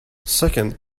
second